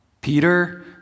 Peter